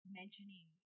mentioning